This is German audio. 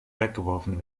weggeworfen